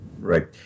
Right